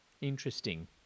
Interesting